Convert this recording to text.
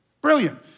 Brilliant